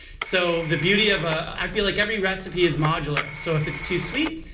so the beauty of ah i feel like every recipe is modular. so if it's too sweet,